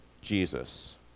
Jesus